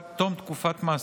לפחות.